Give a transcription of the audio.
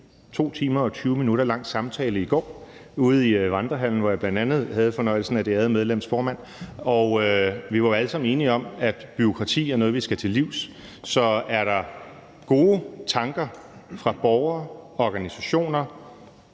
2 timer og 20 minutter lang samtale i går ude i Vandrehallen, hvor jeg bl.a. havde fornøjelsen af det ærede medlems formand, og vi var jo alle sammen enige om, at bureaukrati er noget, vi skal til livs. Så er der gode tanker fra borgere, organisationer